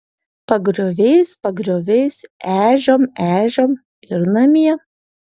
pagrioviais pagrioviais ežiom ežiom ir namie